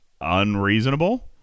unreasonable